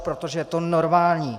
Protože to je normální.